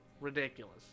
ridiculous